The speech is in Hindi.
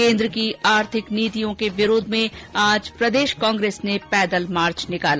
केन्द्र की आर्थिक नीतियों के विरोध में आज प्रदेश कांग्रेस ने पैदल मार्च निकाला